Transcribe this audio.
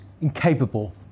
incapable